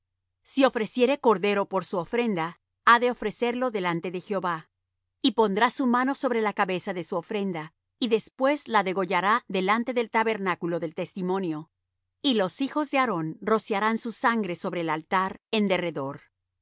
si ofreciere cordero por su ofrenda ha de ofrecerlo delante de jehová y pondrá su mano sobre la cabeza de su ofrenda y después la degollará delante del tabernáculo del testimonio y los hijos de aarón rociarán su sangre sobre el altar en derredor